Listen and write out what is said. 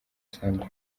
sandra